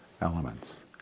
elements